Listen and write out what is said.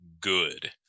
good